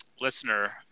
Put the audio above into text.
listener